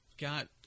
got